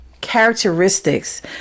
characteristics